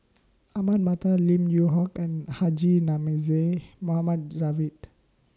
Ahmad Mattar Lim Yew Hock and Haji Namazie Mohammed Javad